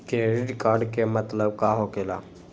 Credit card के मतलब का होकेला?